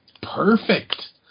perfect